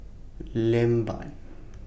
Lambert